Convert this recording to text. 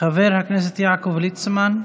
חבר הכנסת יעקב ליצמן,